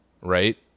Right